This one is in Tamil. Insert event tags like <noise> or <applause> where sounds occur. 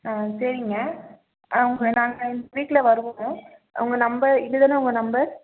ஆ சரிங்க நாங்கள் <unintelligible> வீக்கில் வருவோம் உங்கள் நம்பர் இதுதானா உங்கள் நம்பர்